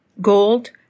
gold